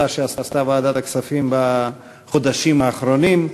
שעשתה ועדת הכספים בחודשים האחרונים,